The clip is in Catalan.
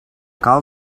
cal